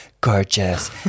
gorgeous